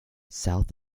south